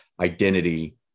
identity